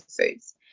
foods